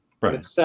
Right